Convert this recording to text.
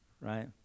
Right